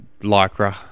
lycra